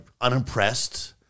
unimpressed